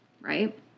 right